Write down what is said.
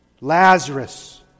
Lazarus